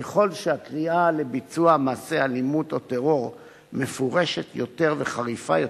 ככל שהקריאה לביצוע מעשה אלימות או טרור מפורשת יותר וחריפה יותר,